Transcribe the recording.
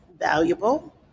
valuable